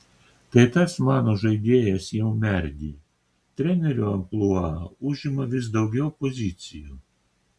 tai tas mano žaidėjas jau merdi trenerio amplua užima vis daugiau pozicijų